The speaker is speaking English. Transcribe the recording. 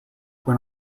went